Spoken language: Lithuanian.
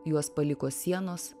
juos paliko sienos